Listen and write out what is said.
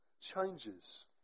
changes